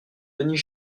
denis